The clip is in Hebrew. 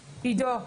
עידו.